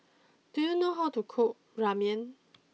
do you know how to cook Ramyeon